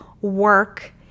work